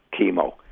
chemo